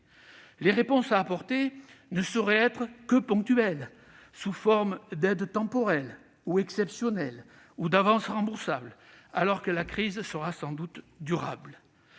Les réponses à apporter ne sauraient être que ponctuelles, sous la forme d'aides temporaires ou exceptionnelles, ou encore d'avances remboursables, alors que la crise sera sans doute durable.